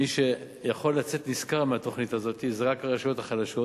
מי שיכול לצאת נשכר מהתוכנית הזאת זה רק הרשויות החלשות,